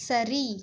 சரி